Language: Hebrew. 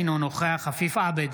אינו נוכח עפיף עבד,